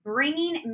Bringing